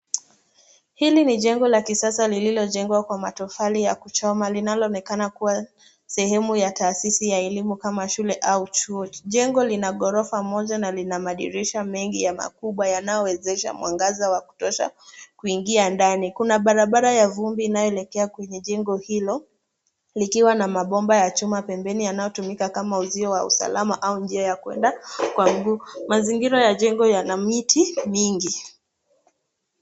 Hili ni jengo la kisasa lililojengwa kwa matofali ya kuchoma linaloonekana kuwa sehemu ya taasisi ya elimu kama shule au chuo. Jengo lina ghorofa moja na lina wadirisha mengi makubwa yanayowezesha mwangaza wa kutosha kuingia ndani. Kuna barabara ya vumbi inayoelekea kwenye jengo hilo likiwa na mabomba ya machuma pembeni yanayotumika kama uzuio wa usalama au njia ya kwenda kwa mguu. Mazingira ya jengo yana miti mingi.